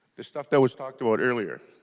the stuff that was talked about earlier